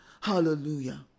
Hallelujah